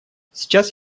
сейчас